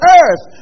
earth